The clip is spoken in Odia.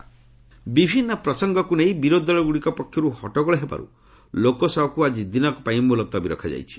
ପାର୍ଲାମେଣ୍ଟ ଆଡ୍ଜର୍ନ ବିଭିନ୍ନ ପ୍ରସଙ୍ଗକୁ ନେଇ ବିରୋଧୀଦଳଗୁଡ଼ିକ ପକ୍ଷରୁ ହଟ୍ଟଗୋଳ ହେବାରୁ ଲୋକସଭାକୁ ଆଜି ଦିନକ ପାଇଁ ମୁଲତବୀ ରଖାଯାଇଛି